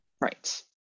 right